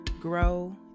grow